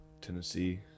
Tennessee